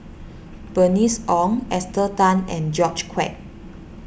Bernice Ong Esther Tan and George Quek